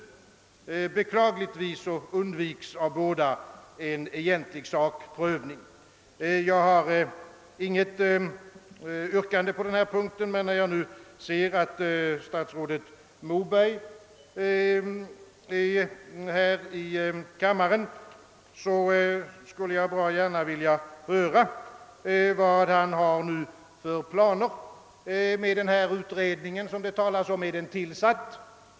Beklagligtvis undviker båda en egentlig sakprövning. Jag har inget yrkande på denna punkt, men eftersom jag ser att statsrådet Moberg är närvarande i kammaren, skulle jag gärna vilja höra vad han har för planer med den utredning som det talas om. Är utredningen tillsatt?